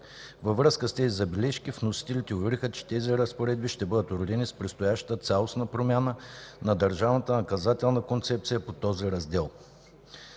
Във връзка с тези забележки, вносителите увериха, че тези разпоредби ще бъдат уредени с предстоящата цялостна промяна на държавната наказателна концепция по този раздел.